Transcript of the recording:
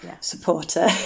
supporter